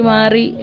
Mari